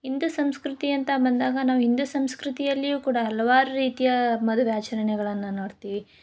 ಹಿಂದು ಸಂಸ್ಕೃತಿಯಂತ ಬಂದಾಗ ನಾವು ಹಿಂದು ಸಂಸ್ಕೃತಿಯಲ್ಲಿಯೂ ಕೂಡ ಹಲವಾರು ರೀತಿಯ ಮದುವೆ ಆಚರಣೆಗಳನ್ನ ನೋಡ್ತೀವಿ